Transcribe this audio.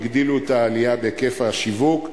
הגדילו את העלייה בהיקף השיווק,